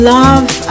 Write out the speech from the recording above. love